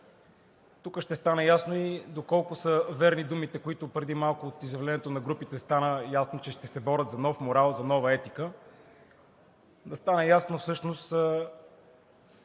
Тук ще стане ясно и доколко са верни думите, които преди малко от изявлението на групите се разбра, че ще се борят за нов морал, за нова етика – да стане ясно всъщност